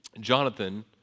Jonathan